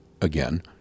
again